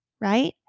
right